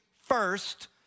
first